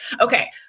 Okay